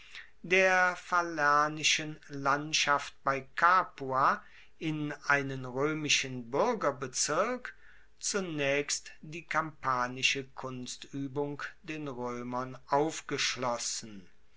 der falernischen landschaft bei capua in einen roemischen buergerbezirk zunaechst die kampanische kunstuebung den roemern aufgeschlossen